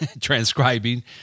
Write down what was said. transcribing